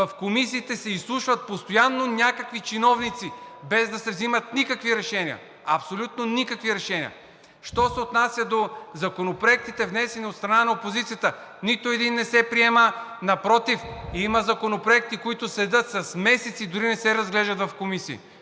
в комисиите се изслушват постоянно някакви чиновници, без да се взимат никакви решения, абсолютно никакви решения. Що се отнася до законопроектите, внесени от страна на опозицията, нито един не се приема, напротив има законопроекти, които седят с месеци, дори не се разглеждат в комисии.